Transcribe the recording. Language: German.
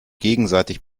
gegenseitig